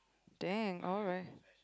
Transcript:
dang alright